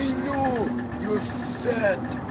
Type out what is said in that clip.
ah know! you're fat.